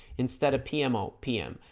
instead of p m. o p m.